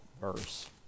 verse